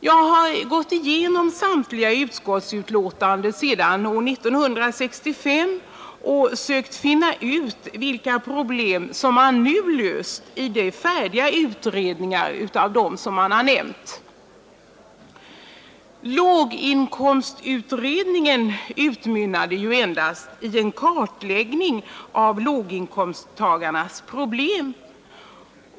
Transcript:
Jag har gått igenom samtliga utskottsutlåtanden och betänkanden sedan år 1965 och sökt finna ut vilka problem som nu är lösta av de utredningar som nämnts och som nu är färdiga med sitt arbete. Låginkomstutredningen utmynnade endast i en kartläggning av låginkomsttagarnas problem.